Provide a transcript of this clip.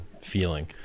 feeling